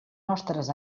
nostres